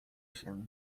się